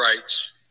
rights